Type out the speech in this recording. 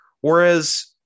whereas